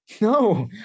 no